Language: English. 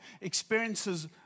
experiences